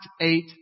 eight